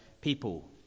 people